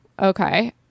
Okay